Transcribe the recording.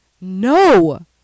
No